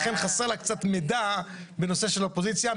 לכן חסר לה קצת מידע בנושא של אופוזיציה.